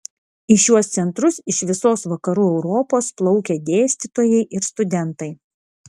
į šiuos centrus iš visos vakarų europos plaukė dėstytojai ir studentai